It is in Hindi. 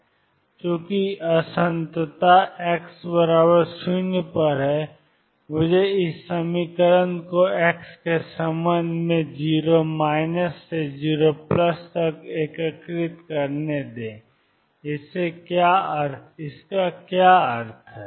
चूँकि असंततता x 0 पर है मुझे इस समीकरण को x के संबंध में 0 से 0 तक एकीकृत करने दें इसका क्या अर्थ है